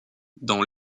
dans